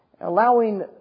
Allowing